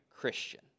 Christian